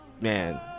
man